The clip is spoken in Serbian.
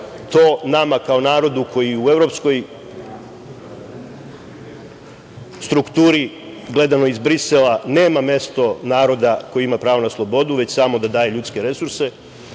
to nama kao narodu koji u evropskoj strukturi, gledano iz Brisela nema mesto naroda koji ima pravo na slobodu, već samo da daje ljudske resurse,